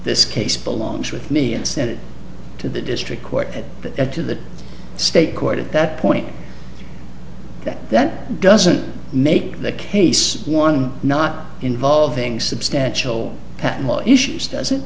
this case belongs with me and send it to the district court at to the state court at that point that that doesn't make the case one not involving substantial